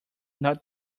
not